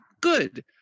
good